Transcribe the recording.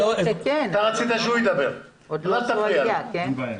אתה רצית שהוא ידבר, אל תפריע לו.